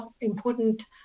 important